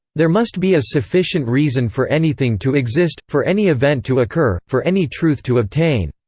there must be a sufficient reason for anything to exist, for any event to occur, for any truth to obtain.